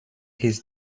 his